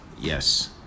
yes